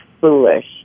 foolish